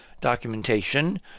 documentation